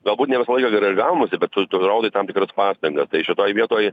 galbūt ne visą laiką gerai gaunasi bet tu tu rodai tam tikras pastangas tai šitoj vietoj